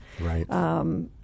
Right